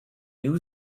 new